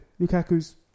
Lukaku's